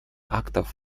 актов